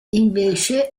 invece